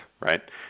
right